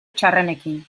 txarrenekin